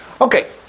Okay